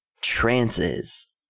trances